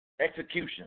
execution